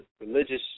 religious